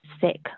sick